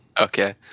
Okay